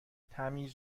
تمیز